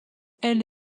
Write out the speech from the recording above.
elle